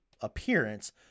appearance